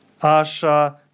Asha